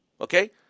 Okay